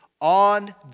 On